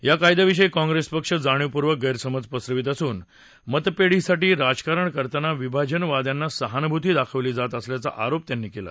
या कायदयाविषयी काँग्रेस पक्ष जाणीवपूर्वक गैरसमज पसरवीत असून मतपेढीसाठी राजकारण करताना विभाजनवादयांना सहानुभूती दाखवली जात असल्याचा आरोप त्यांनी केला